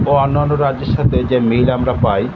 ও অন্য অন্য রাজ্যের সাথে যে মিল আমরা পাই